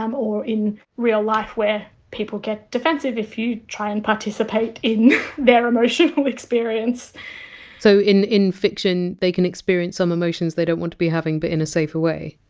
um or in real life where people get defensive if you try and participate in their emotional experience so in in fiction they can experience some emotions they don't want to be having, but in a safer way?